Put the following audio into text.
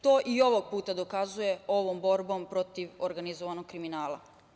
To i ovog puta dokazuje ovom borbom protiv organizovanog kriminala.